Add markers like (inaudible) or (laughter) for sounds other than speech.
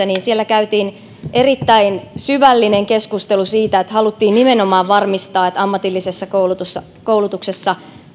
(unintelligible) niin siellä käytiin erittäin syvällinen keskustelu siitä että haluttiin nimenomaan varmistaa että ammatillisessa koulutuksessa koulutuksessa